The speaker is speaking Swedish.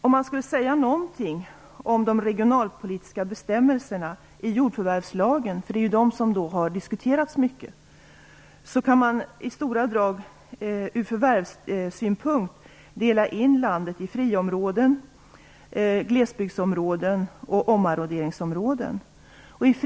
Om man skall säga någonting om de regionalpolitiska bestämmelserna i jordförvärvslagen, för det är ju dessa som har diskuterats mycket, kan man ur förvärvssynpunkt i stora drag dela in landet i friområden, glesbygdsområden och omarronderingsområden.